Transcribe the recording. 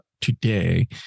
today